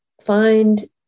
find